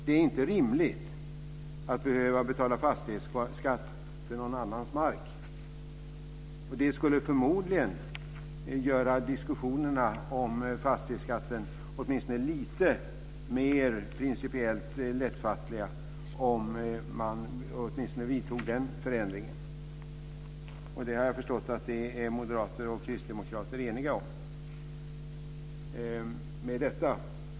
Det är inte rimligt att behöva betala fastighetsskatt för någon annans mark. Det skulle förmodligen göra diskussionerna om fastighetsskatten lite mer principiellt lättfattliga om man vidtog åtminstone den förändringen. Jag har förstått att moderater och kristdemokrater är eniga om det. Fru talman!